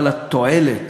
אבל התועלת